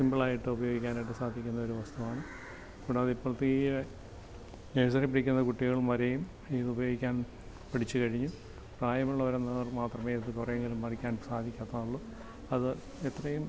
simple ആയിട്ട് ഉപയോഗിക്കാൻ ആയിട്ട് സാധിക്കുന്നൊരു വസ്തുവാണ് കൂടാതെ ഇപ്പോഴത്തെ ഈ നേഴ്സറിയില് പഠിക്കുന്ന കുട്ടികളും വരെയും ഇതുപയോഗിക്കാൻ പഠിച്ചു കഴിഞ്ഞു പ്രായമുള്ളവർ മാത്രമേ ഇത് കുറേയെങ്കിലും പഠിക്കാൻ സാധിക്കാത്തതുള്ളു അത് എത്രയും